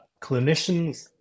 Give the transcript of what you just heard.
clinicians